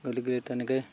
গতিকেলৈ তেনেকৈ